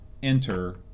enter